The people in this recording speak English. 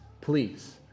please